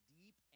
deep